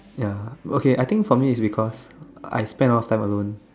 ya okay I think for me it's because I spend a lot of time alone